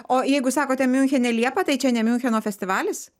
o jeigu sakote miunchene liepą tai čia ne miuncheno festivalis